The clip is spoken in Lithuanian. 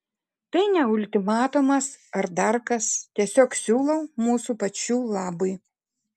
tai ne ultimatumas ar dar kas tiesiog siūlau mūsų pačių labui